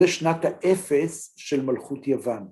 ‫בשנת האפס של מלכות יוון.